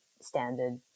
standard